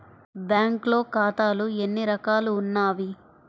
బ్యాంక్లో ఖాతాలు ఎన్ని రకాలు ఉన్నావి?